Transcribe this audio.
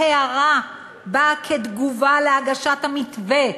ההערה באה כתגובה על הגשת המתווה,